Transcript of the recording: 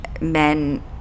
men